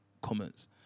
comments